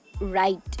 right